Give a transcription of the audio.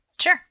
Sure